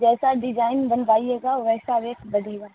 جیسا ڈیزائن بنوائیے گا ویسا ایک ریٹ پڑے گا